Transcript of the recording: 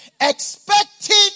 expecting